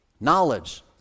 knowledge